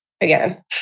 again